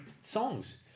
songs